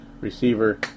receiver